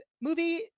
movie